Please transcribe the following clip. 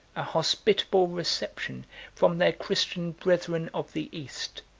a hospitable reception from their christian brethren of the east,